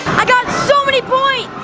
i got so many points!